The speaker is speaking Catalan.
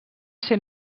ser